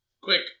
Quick